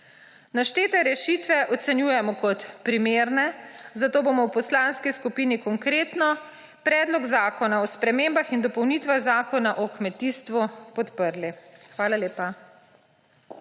Naštete rešitve ocenjujemo kot primerne, zato bomo v Poslanski skupini Konkretno Predlog zakona o spremembah in dopolnitvah Zakona o kmetijstvu podprli. Hvala lepa.